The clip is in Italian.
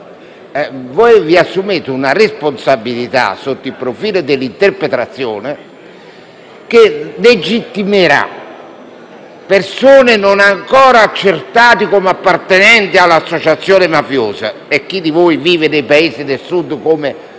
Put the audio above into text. Voi vi assumete una responsabilità, sotto il profilo dell'interpretazione, che legittimerà persone non ancora accertate come appartenenti all'associazione mafiosa. Chi di voi vive nei paesi del Sud, dove